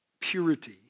purity